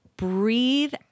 Breathe